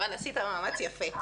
אבל עשית מאמץ יפה.